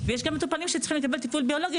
יש גם מטופלים שצריכים לקבל טיפול ביולוגי